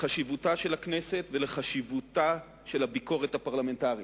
לחשיבותה של הכנסת ולחשיבותה של הביקורת הפרלמנטרית.